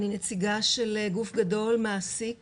אני נציגה של גוף גדול, מעסיק במשק,